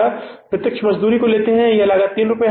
इसी तरह हम प्रत्यक्ष मजदूरी लेते हैं यहाँ लागत कितनी है